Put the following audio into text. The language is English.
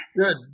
Good